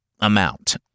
amount